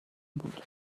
بود